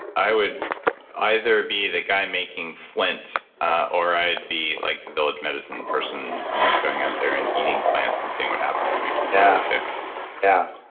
i would either be the guy making flint or i'd be like the village medicine person you know going out there and eating plants and seeing what happen to me yeah too yeah,